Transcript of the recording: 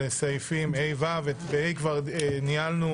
ניהלנו